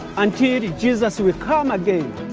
until jesus will come again.